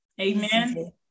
Amen